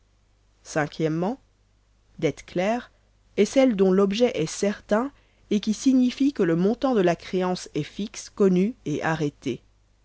o dette claire est celle dont l'objet est certain et qui signifie que le montant de la créance est fixe connu et arrêté